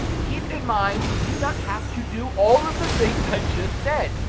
keep in mind you do not have to do all of the things i just said.